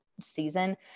season